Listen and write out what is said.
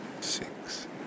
six